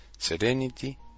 Serenity